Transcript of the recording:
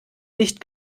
nicht